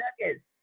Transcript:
nuggets